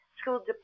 school